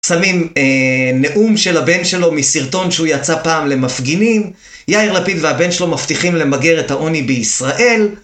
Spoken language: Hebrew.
שמים נאום של הבן שלו מסרטון שהוא יצא פעם למפגינים. יאיר לפיד והבן שלו מבטיחים למגר את העוני בישראל.